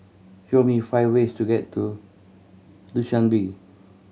show me five ways to get to Dushanbe